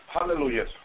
Hallelujah